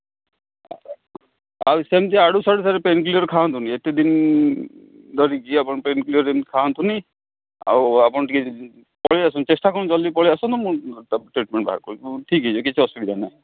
ଆଉ ସେମିତି ଆଡୁ ସାଡୁ ପେନ୍ କିଲର୍ ଖାଆନ୍ତୁନି ଏତେ ଦିନ ଧରିକି ଆପଣ ପେନ୍ କିଲର୍ ଏମିତି ଖାଆନ୍ତୁନି ଆଉ ଆପଣ ଟିକେ ପଳେଇଆସନ୍ତୁ ଚେଷ୍ଟା କରନ୍ତୁ ଜଲ୍ଦି ପଳେଇଆସନ୍ତୁ ମୁଁ ଟ୍ରିଟମେଣ୍ଟ୍ ବାହାର ଠିକ୍ ହୋଇଯିବେ କିଛି ଅସୁବିଧା ନାହିଁ